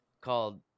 called